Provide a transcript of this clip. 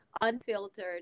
unfiltered